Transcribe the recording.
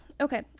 okay